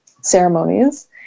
ceremonies